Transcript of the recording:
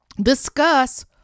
discuss